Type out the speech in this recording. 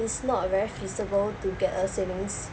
it's not very feasible to get a savings